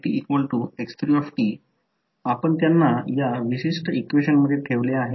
या current i2 मुळे एक व्होल्टेज तयार होईल आणि हे म्युच्युअल इंडक्टन्स M आहे